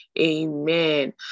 Amen